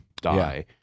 die